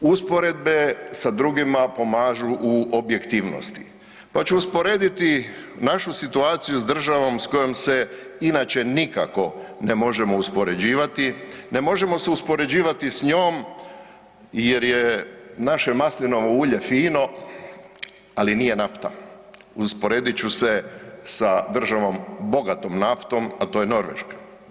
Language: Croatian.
Usporedbe sa drugima pomažu u objektivnosti, pa ću usporediti našu situaciju s državom s kojom se inače nikako ne možemo uspoređivati, ne možemo se uspoređivati s njom jer je naše maslinovo ulje fino, ali nije nafta, usporedit ću se sa državom bogatom naftom, a to je Norveška.